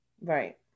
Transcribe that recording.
right